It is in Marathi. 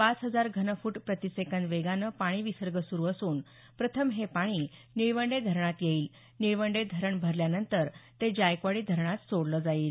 पाच हजार घनफूट प्रतिसेकंद वेगानं पाणीविसर्ग सुरू असून प्रथम हे पाणी निळवंडे धरणात येईल निळवंडे धरण भरल्यानंतर ते जायकवाडी धरणात सोडलं जाईल